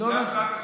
זו הצעת החוק.